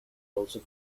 also